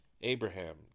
Abraham